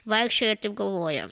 vaikščioj ir taip galvoja